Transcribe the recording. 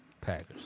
Packers